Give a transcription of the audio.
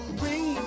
bring